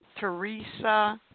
Teresa